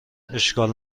اشکال